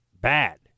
bad